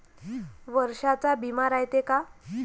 वर्षाचा बिमा रायते का?